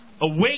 Awake